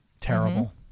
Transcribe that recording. Terrible